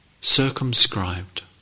circumscribed